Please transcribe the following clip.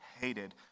hated